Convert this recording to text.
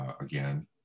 again